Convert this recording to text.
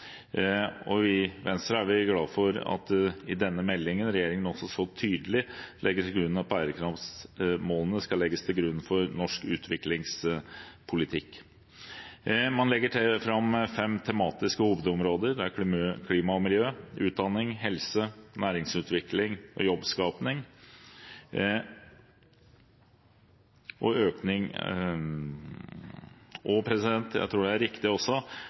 Norge. I Venstre er vi glad for at regjeringen også i denne meldingen så tydelig legger til grunn at bærekraftsmålene skal legges til grunn for norsk utviklingspolitikk. Man legger fram fem tematiske hovedområder, bl.a. klima og miljø, utdanning, helse, næringsutvikling og jobbskaping. Vi støtter opp under det. Det er riktig også